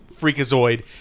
freakazoid